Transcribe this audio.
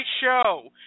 show